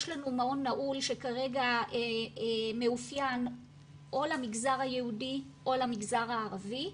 יש לנו מעון נעול שכרגע מאופיין או למגזר היהודי או למגזר הערבי,